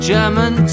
German